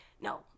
no